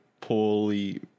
poorly